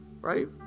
Right